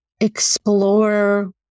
explore